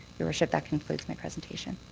your worship, that concludes my presentation.